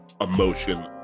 emotion